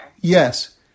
Yes